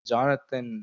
Jonathan